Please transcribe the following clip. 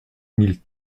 mille